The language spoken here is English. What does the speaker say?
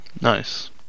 Nice